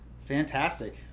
Fantastic